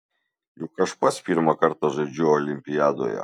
juk aš pats pirmą kartą žaidžiu olimpiadoje